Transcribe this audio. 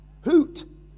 hoot